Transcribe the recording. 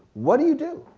what do you do?